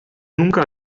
nunca